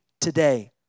today